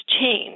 change